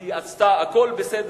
ולהראות שהיא עשתה הכול בסדר,